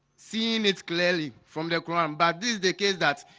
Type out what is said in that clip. seeing it clearly from the quran but this is the case that